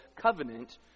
covenant